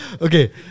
Okay